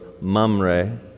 Mamre